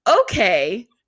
Okay